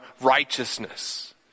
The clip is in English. righteousness